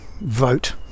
vote